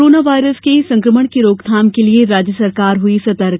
corona virus के संकमण की रोकथाम के लिये राज्य सरकार हुई सतर्क